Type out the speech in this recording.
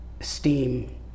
steam